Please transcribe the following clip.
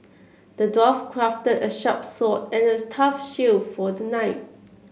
the dwarf crafted a sharp sword and a tough shield for the knight